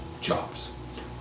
jobs